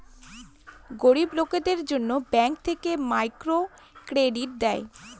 গরিব লোকদের জন্য ব্যাঙ্ক থেকে মাইক্রো ক্রেডিট দেয়